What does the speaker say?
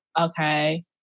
okay